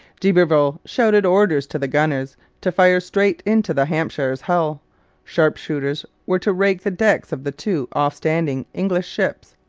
d'iberville shouted orders to the gunners to fire straight into the hampshire's hull sharpshooters were to rake the decks of the two off-standing english ships,